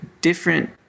different